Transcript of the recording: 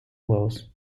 huevos